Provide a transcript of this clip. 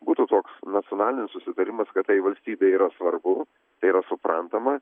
būtų toks nacionalinis susitarimas kad tai valstybei yra svarbu tai yra suprantama